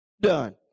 done